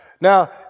Now